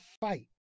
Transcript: fight